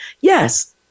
Yes